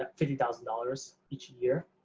ah fifty thousand dollars each year.